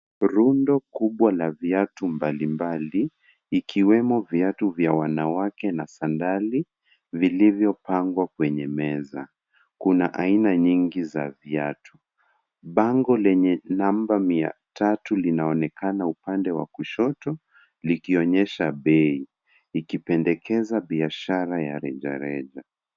Rundo kubwa la viatu mbalimbali ikiwemo viatu vya wanawake sadali vilivyopangwa kwenye meza. Kuna aina nyingi za viatu. Bango lenye namba mia tatu linaonekana upande wa kushoto ikionyesha bei ikipendekeza biashara ya rejareja.